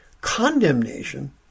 Condemnation